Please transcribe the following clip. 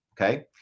okay